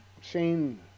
Shane